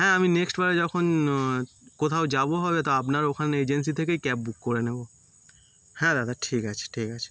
হ্যাঁ আমি নেক্সটবারে যখন কোথাও যাবো হয়তো আপনার ওখান এজেন্সি থেকেই ক্যাব বুক করে নেবো হ্যাঁ দাদা ঠিক আছে ঠিক আছে